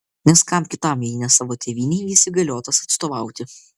nes kam kitam jei ne savo tėvynei jis įgaliotas atstovauti